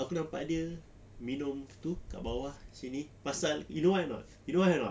aku nampak dia minum tu kat bawah sini pasal you know why or not you know why or not